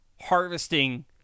harvesting